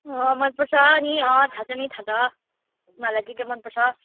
अँ मनपर्छ नि अँ थाहा छ नि थाहा छ तिमीहरूलाई के के मनपर्छ